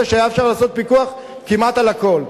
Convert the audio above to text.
שהיה אפשר לעשות פיקוח כמעט על הכול.